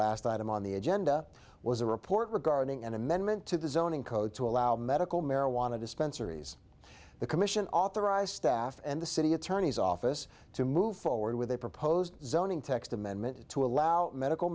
last item on the agenda was a report regarding an amendment to the zoning code to allow medical marijuana dispensaries the commission authorized staff and the city attorney's office to move forward with a proposed zoning text amendment to allow medical